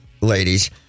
ladies